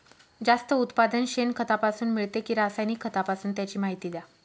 जास्त उत्पादन शेणखतापासून मिळते कि रासायनिक खतापासून? त्याची माहिती द्या